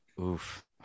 Oof